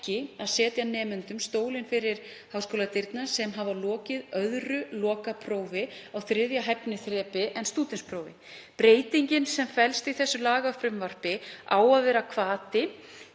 við eigum ekki að setja nemendum stólinn fyrir háskóladyrnar sem hafa lokið öðru lokaprófi á þriðja hæfniþrepi en stúdentsprófi. Breytingin sem felst í þessu lagafrumvarpi á að vera hvati